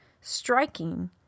striking